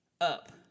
up